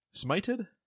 Smited